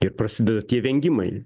ir prasideda tie vengimai